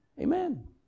Amen